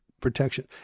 protection